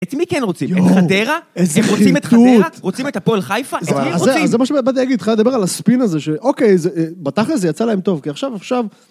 את מי כן רוצים? יואו... את חדרה? איזה חירטוט. הם רוצים את חדרה? רוצים את הפועל חיפה? אז זה מה שבאתי להגיד לך, התחלתי לדבר על הספין הזה ש... אוקיי, זה... בתכלס זה יצא להם טוב, כי עכשיו, עכשיו...